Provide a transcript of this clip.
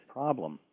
problem